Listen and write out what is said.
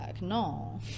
no